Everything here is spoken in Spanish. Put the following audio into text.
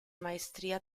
maestría